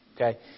Okay